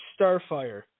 Starfire